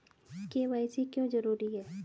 KYC क्यों जरूरी है?